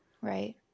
Right